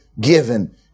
given